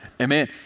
Amen